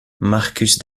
marcus